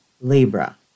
Libra